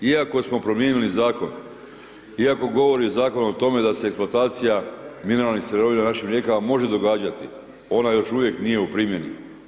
Iako smo promijenili Zakon, iako govori Zakon o tome da se eksploatacija mineralnih sirovina u našim rijekama može događati, ona još uvijek nije u primjeni.